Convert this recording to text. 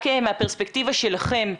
רק מהפרספקטיבה שלכם,